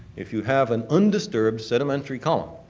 if you have an undisturbed sedimentary column,